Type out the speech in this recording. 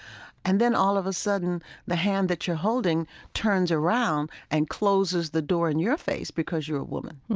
and then all of sudden the hand that you're holding turns around and closes the door in your face because you're a woman,